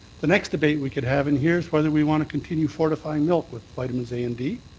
the next debate we could have in here is whether we want to continue fortifying milk with vitamins a and d,